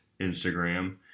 Instagram